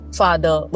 father